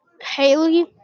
Haley